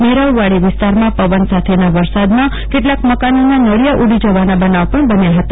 મેરાઉ વાડી વિસ્તારમાં પવન સાથેના વરસાદમાં કેટલાક મકાનોના નળિયા ઉડી જવાના બનાવ પણ બન્યા હતા